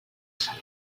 saló